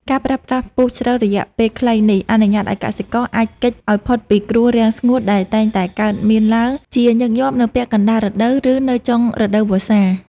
ការប្រើប្រាស់ពូជស្រូវរយៈពេលខ្លីនេះ អនុញ្ញាតឱ្យកសិករអាច គេច ឱ្យផុតពីគ្រោះរាំងស្ងួតដែលតែងតែកើតមានឡើងជាញឹកញាប់នៅពាក់កណ្តាលរដូវ ឬនៅចុងរដូវវស្សា។